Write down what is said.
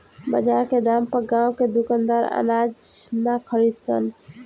बजार के दाम पर गांव के दुकानदार अनाज ना खरीद सन